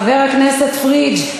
חבר הכנסת פריג'.